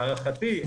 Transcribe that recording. להערכתי,